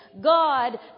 God